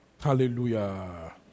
hallelujah